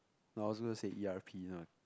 I was gonna say e_r_p eh